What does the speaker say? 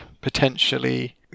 potentially